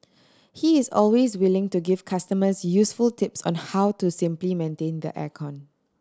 he is always willing to give customers useful tips on how to simply maintain the air con